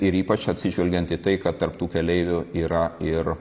ir ypač atsižvelgiant į tai kad tarp tų keleivių yra ir